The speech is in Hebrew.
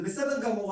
זה בסדר גמור,